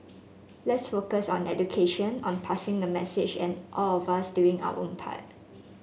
let's focus on education on passing the message and all of us doing our own part